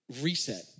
reset